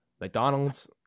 McDonald's